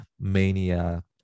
mania